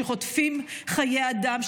שקוטפים חיי אדם,